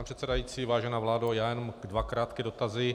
Pane předsedající, vážená vládo, já jenom dva krátké dotazy.